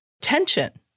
tension